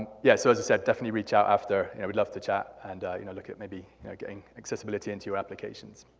yeah, so as i said, definitely reach out after. and i would love to chat and you know look at maybe you know getting accessibility into your applications.